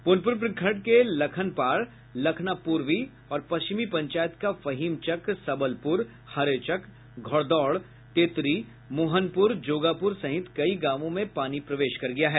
प्रनपुन प्रखंड के लखनपाड़ लखना पूर्वी और पश्चिमी पंचायत का फहिमचक सबलपुर हरेचक घौड़दौड़ तेतरी मोहनपुर जोगापुर सहित कई गांवों में पानी प्रवेश कर गया है